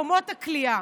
מקומות הכליאה,